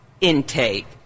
intake